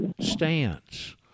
stance